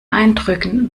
eindrücken